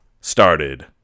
started